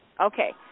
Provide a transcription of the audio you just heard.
Okay